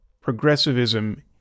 progressivism